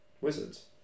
Wizards